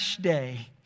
Day